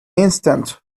instant